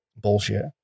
bullshit